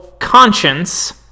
conscience